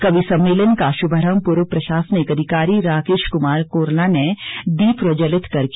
कवि सम्मेलन का शुभारंभ पूर्व प्रशासनिक अधिकारी राकेश कुमार कोरला ने दीप प्रज्जवलित कर किया